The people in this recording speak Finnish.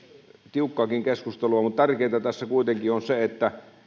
tiukkaakin keskustelua mutta tärkeintä tässä kuitenkin on se että